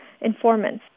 informants